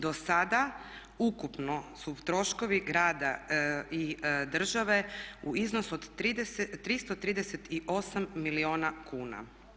Do sada ukupno su troškovi grada i države u iznosu od 338 milijuna kuna.